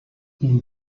ihm